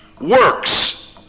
works